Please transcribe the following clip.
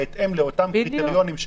בהתאם לאותם קריטריונים,